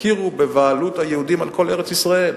יכירו בבעלות היהודים על כל ארץ-ישראל.